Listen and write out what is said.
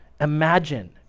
Imagine